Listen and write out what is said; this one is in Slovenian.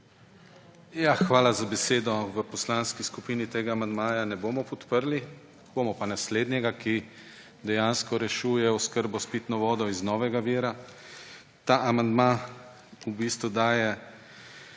Hvala za besedo. V poslanski skupini tega amandmaja ne bomo podprli, bomo pa naslednjega, ki dejansko rešuje oskrbo s pitno vodo z novega vira. Ta amandma v